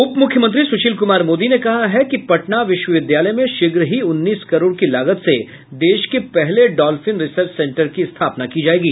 उप मुख्यमंत्री सुशील कुमार मोदी ने कहा कि पटना विश्वविद्यालय में शीघ्र ही उन्नीस करोड़ की लागत से देश के पहले डॉल्फिन रिसर्च सेंटर की स्थापना की जायेगी